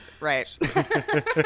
Right